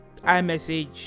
iMessage